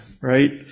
right